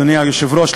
אדוני היושב-ראש,